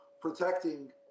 protecting